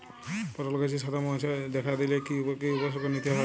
পটল গাছে সাদা মাছি দেখা দিলে কি কি উপসর্গ নিতে হয়?